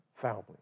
family